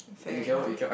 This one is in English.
fair enough